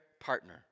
partner